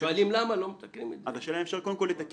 לעבוד רק